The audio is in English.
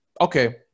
Okay